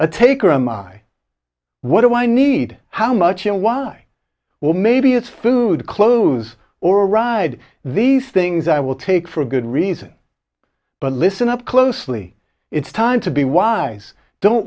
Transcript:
a take or a my what do i need how much or why well maybe it's food clothes or ride these things i will take for good reason but listen up closely it's time to be wise don't